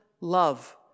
love